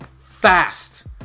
fast